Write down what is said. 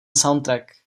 soundtrack